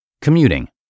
Commuting